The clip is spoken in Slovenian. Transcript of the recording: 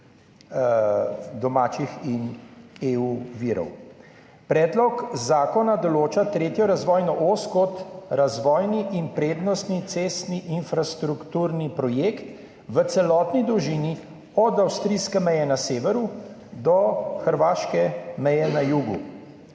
Predlog zakona določa tretjo razvojno os kot razvojni in prednostni cestni infrastrukturni projekt v celotni dolžini, od avstrijske meje na severu do hrvaške meje na jugu,